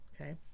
okay